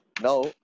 Now